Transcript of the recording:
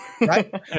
Right